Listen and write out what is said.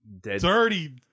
dirty